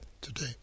today